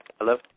Hello